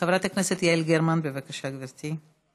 חברת הכנסת יעל גרמן, בבקשה, גברתי.